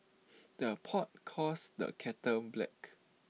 the pot calls the kettle black